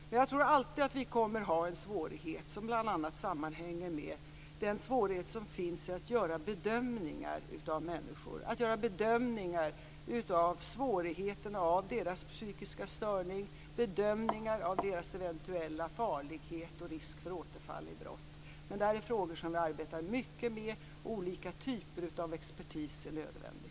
Men jag tror alltid att vi kommer att ha svårigheter bl.a. när det gäller att göra bedömningar av människor - att göra bedömningar av svårigheten av deras psykiska störning och av deras eventuella farlighet och risk för återfall i brott. Det här är frågor som vi arbetar mycket med. Olika typer av expertis är nödvändig.